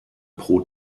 pro